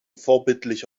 vorbildlich